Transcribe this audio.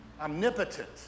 omnipotent